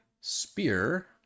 spear